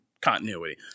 continuity